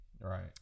Right